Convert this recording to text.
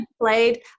played